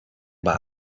box